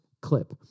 clip